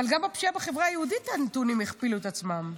אבל גם בפשיעה בחברה היהודית הנתונים הכפילו את עצמם.